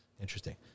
Interesting